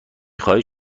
خواهید